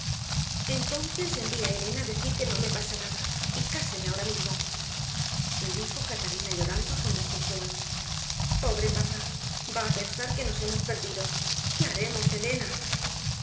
a elena a decir que no me pasa nada y cáseme ahora mismo dijo catalina llorando con desconsuelo pobre papá va a pensar que nos hemos perdido qué haremos elena